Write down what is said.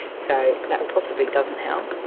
so that possibly doesn't help.